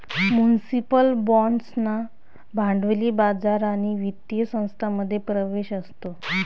municipal बाँड्सना भांडवली बाजार आणि वित्तीय संस्थांमध्ये प्रवेश असतो